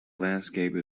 landscape